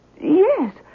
Yes